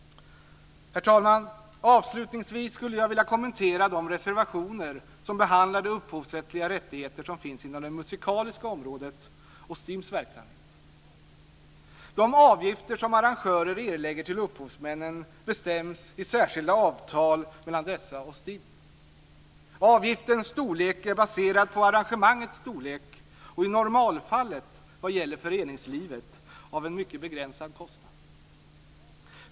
Herr talman! Avslutningsvis skulle jag vilja kommentera de reservationer som behandlar de upphovsrättsliga rättigheter som finns inom det musikaliska området och STIM:s verksamhet. De avgifter som arrangörer erlägger till upphovsmännen bestäms i särskilda avtal mellan dessa och STIM. Avgiftens storlek är baserad på arrangemangets storlek och i normalfallet vad gäller föreningslivet av en mycket begränsad kostnad.